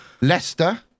Leicester